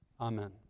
Amen